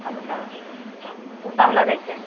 अच्छा ओ सभ लगैत छै